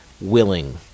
willing